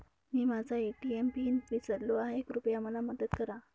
मी माझा ATM PIN विसरलो आहे, कृपया मला मदत करा